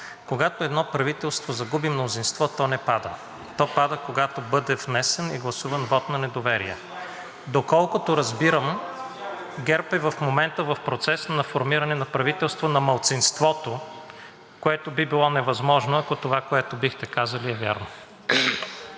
Когато едно правителство загуби мнозинство, то не пада. То пада, когато бъде внесен и гласуван вот на недоверие. Доколкото разбирам, ГЕРБ е в момента в процес на формиране на правителство на малцинството, което би било невъзможно, ако това, което, бихте казали, е вярно.